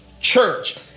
church